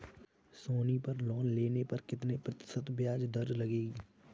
सोनी पर लोन लेने पर कितने प्रतिशत ब्याज दर लगेगी?